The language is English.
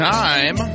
time